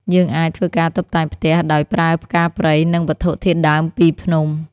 យើងអាចធ្វើការតុបតែងផ្ទះដោយប្រើផ្កាព្រៃ និងវត្ថុធាតុដើមពីភ្នំ។